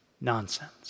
Nonsense